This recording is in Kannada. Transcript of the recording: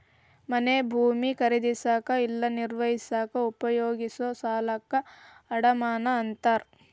ಮನೆ ಭೂಮಿ ಖರೇದಿಸಕ ಇಲ್ಲಾ ನಿರ್ವಹಿಸಕ ಉಪಯೋಗಿಸೊ ಸಾಲಕ್ಕ ಅಡಮಾನ ಅಂತಾರ